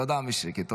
תודה, מישרקי.